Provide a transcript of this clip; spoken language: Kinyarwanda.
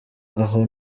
aho